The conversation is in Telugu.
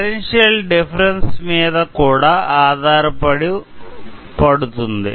పొటెన్షియల్ డిఫరెన్స్ మీద కూడా ఆధారపడుతుంది